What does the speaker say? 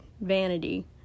vanity